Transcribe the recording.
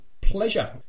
pleasure